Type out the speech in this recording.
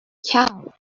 cow